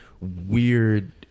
weird